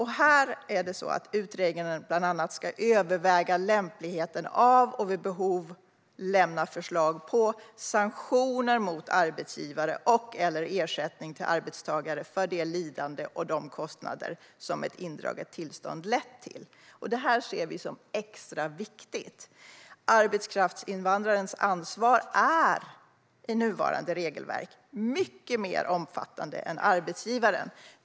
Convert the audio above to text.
Här ska utredningen bland annat överväga lämpligheten av och vid behov lämna förslag på sanktioner mot arbetsgivare och/eller ersättning till arbetstagare för det lidande och de kostnader som ett indraget tillstånd lett till. Det här ser vi som extra viktigt. Arbetskraftsinvandrarens ansvar är i nuvarande regelverk mycket mer omfattande än arbetsgivarens.